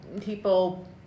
people